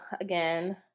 again